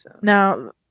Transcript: Now